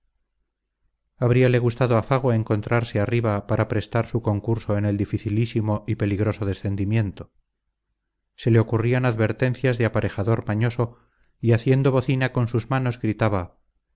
salvamento habríale gustado a fago encontrarse arriba para prestar su concurso en el dificilísimo y peligroso descendimiento se le ocurrían advertencias de aparejador mañoso y haciendo bocina con sus manos gritaba